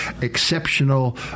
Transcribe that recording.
exceptional